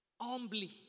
Humbly